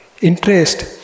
interest